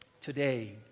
Today